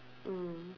mm